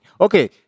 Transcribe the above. Okay